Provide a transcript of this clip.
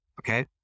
Okay